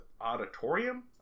auditorium